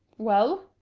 well?